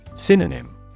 Synonym